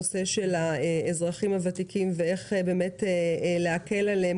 הנושא של האזרחים הוותיקים ואיך להקל עליהם